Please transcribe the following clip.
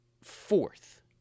fourth